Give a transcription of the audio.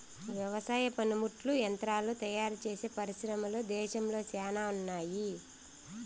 వ్యవసాయ పనిముట్లు యంత్రాలు తయారుచేసే పరిశ్రమలు దేశంలో శ్యానా ఉన్నాయి